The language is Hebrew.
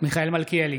מיכאל מלכיאלי,